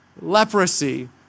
leprosy